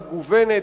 המגוונת,